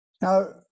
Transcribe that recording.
Now